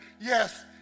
yes